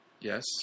yes